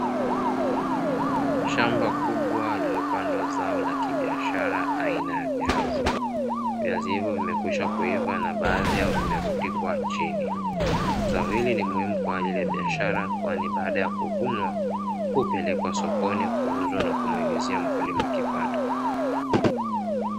Shamba kubwa lililopandwa zao la kibiashara aina ya viazi. Viazi hivyo vimekwisha kuiva na baadhi yao vimerundikwa chini. Zao hili ni muhimu kwa ajili ya biashara kwani baada ya kuvunwa hupelekwa sokoni kuuzwa na kumuingizia mkulima kipato